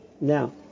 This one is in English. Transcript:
Now